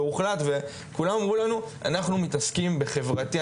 וכולם אמרו לנו - אנחנו מתעסקים בחברתי,